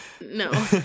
No